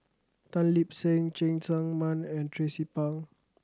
Tan Lip Seng Cheng Tsang Man and Tracie Pang